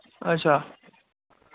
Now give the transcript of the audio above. अच्छा